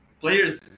players